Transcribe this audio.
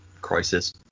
crisis